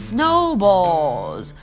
Snowballs